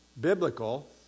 biblical